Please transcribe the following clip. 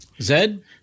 Zed